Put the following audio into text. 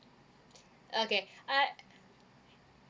okay I